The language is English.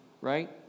right